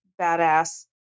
badass